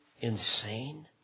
insane